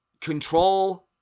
control